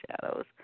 shadows